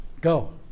go